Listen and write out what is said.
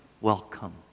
welcome